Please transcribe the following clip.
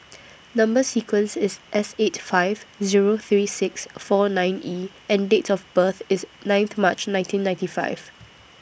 Number sequence IS S eight five Zero three six four nine E and Date of birth IS ninth March nineteen ninety five